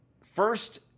first